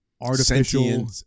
artificial